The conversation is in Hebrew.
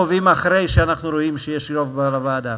את זה קובעים אחרי שאנחנו רואים שיש רוב לוועדה.